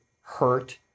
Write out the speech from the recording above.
hurt